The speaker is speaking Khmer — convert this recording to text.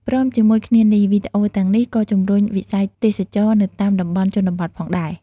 ព្រមជាមួយគ្នានេះ វីដេអូទាំងនេះក៏ជំរុញវិស័យទេសចរណ៍នៅតាមតំបន់ជនបទផងដែរ។